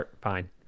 Fine